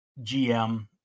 GM